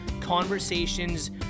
Conversations